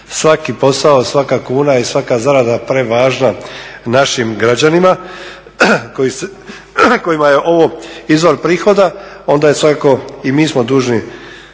svaki posao, svaka kuna i svaka zarada prevažna našim građanima kojima je ovo izvor prihoda, onda svakako i mi smo dužni